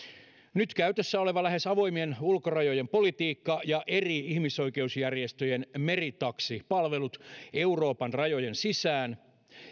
nyt käytössä oleva lähes avoimien ulkorajojen politiikka ja eri ihmisoikeusjärjestöjen meritaksipalvelut euroopan rajojen sisään